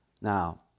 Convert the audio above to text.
now